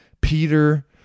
Peter